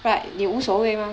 but 你无所谓 mah